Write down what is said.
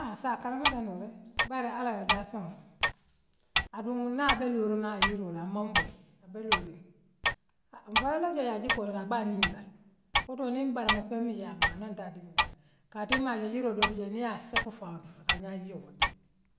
Haa nsaa kalamuta noole bare allah la daa feŋoo aduŋ naa abe looriŋ na abe looriŋ woola amaŋ bori abe looriŋ ha mfanaŋ ŋan jee ayee jikoo be daamin mbaa aŋoorintaale woto niŋ barma feŋ mii yaa maa anaa altaa diŋoola kaatimaal le yiroo dool bijee niŋ yaa sapu faŋo akaa ŋaa jiioo boŋdi.